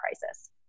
crisis